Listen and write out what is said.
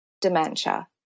dementia